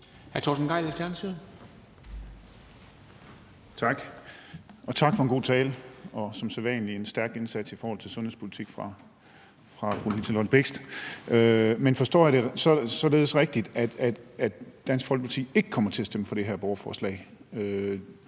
Torsten Gejl (ALT): Tak, og tak for en god tale og som sædvanlig en stærk indsats i forhold til sundhedspolitikken fra fru Liselott Blixts side. Men er det rigtigt forstået, at Dansk Folkeparti ikke kommer til at stemme for det her borgerforslag?